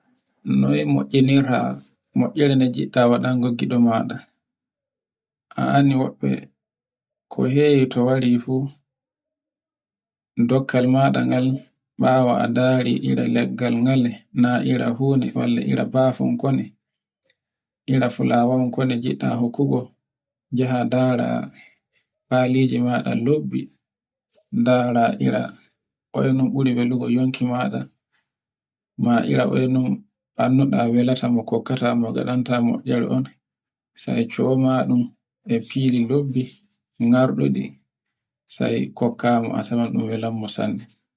noy mo'iinirta moiire no ngiɗɗa waɗan goggide maɗa, anndi wobbe ko hewi to wari fuu dokkal maɗa ngal bawo a ndar iri leggal ngal, walla ire bafunkale, iri fulawonkone, njaha ndara haliji maɗe lobbi ndara ira un buri wellugo yunki maɗa, annduɗa walanko kokkatamo ngaɗantamo showmaɗum e fili lebbi. sai kokkamo a tawan welanmo sanne.